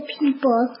people